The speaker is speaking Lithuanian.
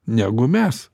negu mes